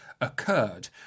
occurred